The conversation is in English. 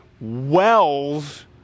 wells